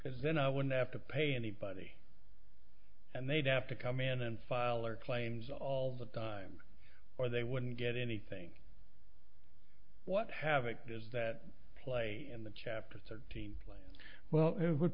because then when they have to pay anybody and they have to come in and file or claims all the time or they wouldn't get anything what havoc does that play in the chapter thirteen plan well it would